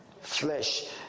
Flesh